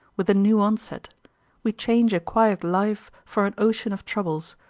with a new onset we change a quiet life for an ocean of troubles,